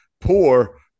poor